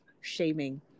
shaming